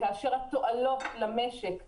התועלות למשק בשנה: